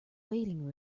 waiting